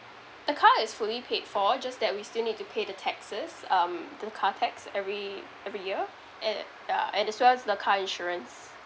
the car is fully paid for just that we still need to pay the taxes um the car tax every every year at yeah and as well as the car insurance